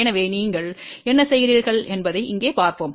எனவே நீங்கள் என்ன செய்கிறீர்கள் என்பதை இங்கே பார்ப்போம்